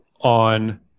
on